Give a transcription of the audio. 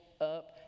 up